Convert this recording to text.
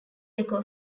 deco